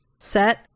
set